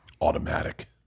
Automatic